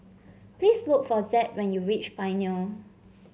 please look for Zed when you reach Pioneer